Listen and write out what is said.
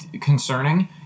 concerning